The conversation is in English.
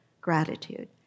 gratitude